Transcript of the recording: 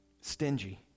stingy